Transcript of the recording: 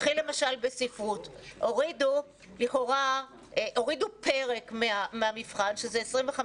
קחי למשל ספרות, הורידו פרק מהמבחן, שזה 25%,